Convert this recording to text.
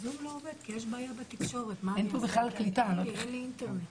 עדי ארן?